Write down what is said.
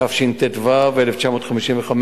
התשט"ו 1955,